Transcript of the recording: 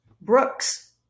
Brooks